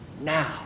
now